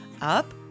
Up